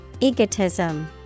Egotism